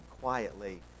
quietly